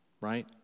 right